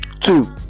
two